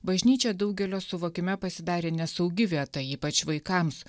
bažnyčia daugelio suvokime pasidarė nesaugi vieta ypač vaikams